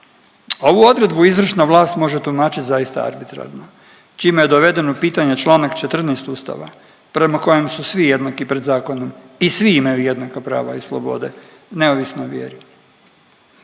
Ovu odredbu izvršna vlast može tumačiti zaista arbitrarno, čime je dovedeno pitanje čl. 14 Ustava prema kojem su svi jednaki pred zakonom i svi imaju jednaka prava i slobode, neovisno o vjeri.